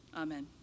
Amen